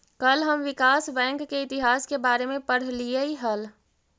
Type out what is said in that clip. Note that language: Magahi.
कल हम विकास बैंक के इतिहास के बारे में पढ़लियई हल